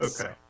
Okay